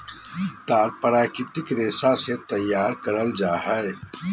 तार प्राकृतिक रेशा से तैयार करल जा हइ